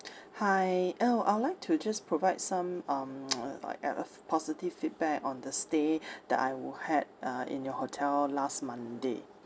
hi uh I would like to just provide some um like a a f~ positive feedback on the stay that I were had in your hotel last monday